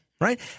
right